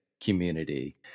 community